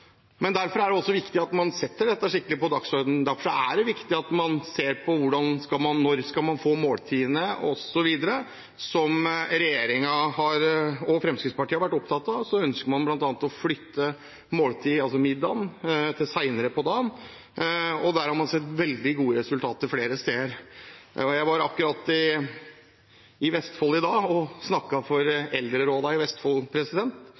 Derfor er det viktig at man setter dette skikkelig på dagsordenen, og derfor er det viktig at man ser på hvordan og når man skal få måltidene, osv. Som regjeringen og Fremskrittspartiet har vært opptatt av, ønsker man bl.a. å flytte måltidene, spesielt middagen, til senere på dagen. Der har man sett veldig gode resultater flere steder. Jeg var i Vestfold i dag og snakket for